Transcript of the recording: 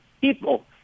people